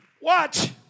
Watch